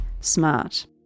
smart